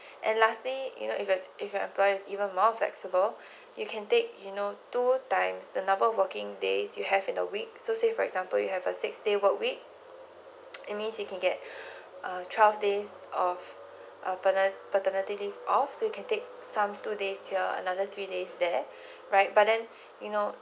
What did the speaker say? and lastly if your if your employer is even more flexible you can take you know two times the number working days you have in a week so say for example you have a say six day work week it means you can get a twelve days of a paternity leave off so you can take some two days here another three days there right but then you know